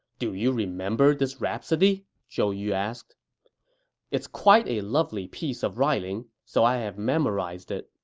do you remember this rhapsody? zhou yu asked it's quite a lovely piece of writing, so i have memorized it.